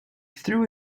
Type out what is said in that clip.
threw